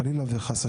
חלילה וחס,